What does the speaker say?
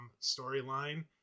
storyline